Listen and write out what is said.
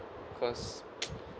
because